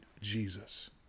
Jesus